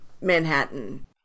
Manhattan